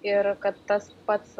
ir kad tas pats